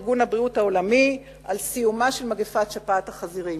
ארגון הבריאות העולמי על סיומה של מגפת שפעת החזירים,